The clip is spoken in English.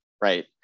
right